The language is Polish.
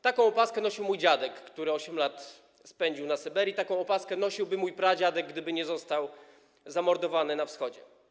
Taką opaskę nosi mój dziadek, który 8 lat spędził na Syberii, taką opaskę nosiłby mój pradziadek, gdyby nie został zamordowany na Wschodzie.